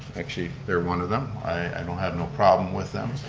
actually they're one of them. i don't have no problem with them.